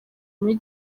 muri